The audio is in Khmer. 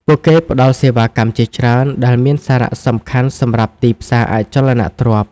ពួកគេផ្តល់សេវាកម្មជាច្រើន ដែលមានសារៈសំខាន់សម្រាប់ទីផ្សារអចលនទ្រព្យ។